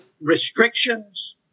restrictions